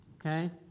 Okay